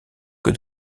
que